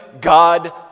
God